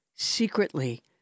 Secretly